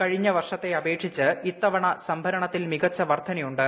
കഴിഞ്ഞ വർഷത്തെ അപേക്ഷിച്ച് ഇത്തവണ സംഭരണത്തിൽ മികച്ചു വർധനയുണ്ട്